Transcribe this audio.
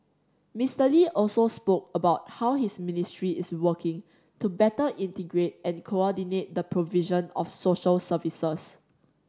Mister Lee also spoke about how his ministry is working to better integrate and coordinate the provision of social services